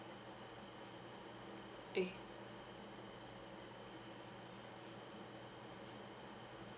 okay